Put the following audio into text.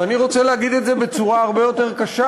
ואני רוצה להגיד את זה בצורה הרבה יותר קשה.